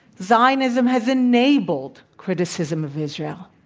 zionism has enabled criticism of israel.